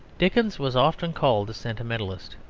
dickens was often called a sentimentalist.